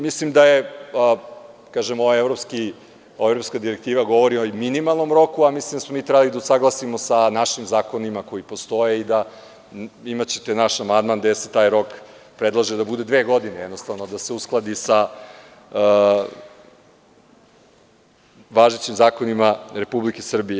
Mislim da je, da kažem, ova evropska direktiva govori o minimalnom roku, a mislim da smo mi trebali da usaglasimo sa našim zakonima koji postoje i imaćete naš amandman gde se taj rok predlaže da bude dve godine, jednostavno da se uskladi sa važećim zakonima Republike Srbije.